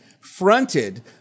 fronted